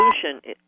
solution